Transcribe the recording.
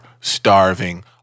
starving